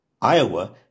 Iowa